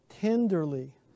tenderly